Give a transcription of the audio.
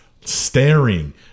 staring